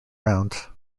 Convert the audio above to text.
round